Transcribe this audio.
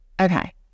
Okay